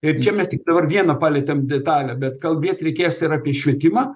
ir čia mes tik dabar vieną palietėm detalę bet kalbėt reikės ir apie švietimą